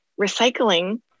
recycling